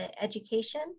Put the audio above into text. education